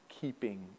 keeping